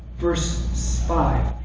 verse so five.